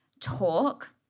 talk